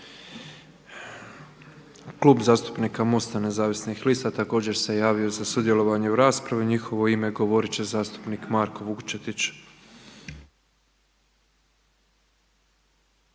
Klub zastupnika MOST-a Nezavisnih lista, također se javio za sudjelovanje u raspravi. U njihovo ime govoriti će zastupnik Marko Vučetić.